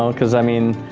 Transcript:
um cause, i mean,